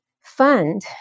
fund